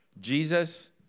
Jesus